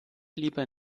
lieber